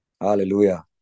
Hallelujah